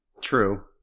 true